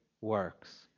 works